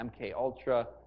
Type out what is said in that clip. MKUltra